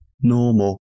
normal